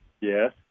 Yes